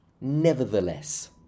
nevertheless